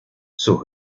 sus